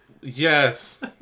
Yes